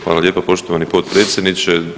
Hvala lijepa poštovani potpredsjedniče.